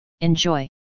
enjoy